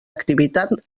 activitat